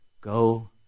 Go